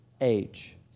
age